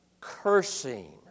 Cursing